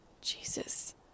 Jesus